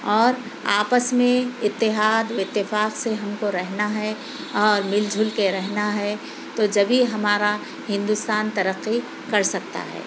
اور آپس میں اتحاد و اتفاق سے ہم کو رہنا ہے اور مِل جُھل کے رہنا ہے تو جبھی ہمارا ہندوستان ترقی کر سکتا ہے